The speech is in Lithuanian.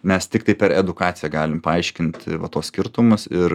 mes tiktai per edukaciją galim paaiškinti va tuos skirtumus ir